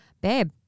babe